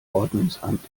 ordnungsamt